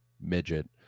midget